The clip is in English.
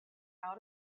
out